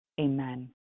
Amen